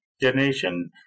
generation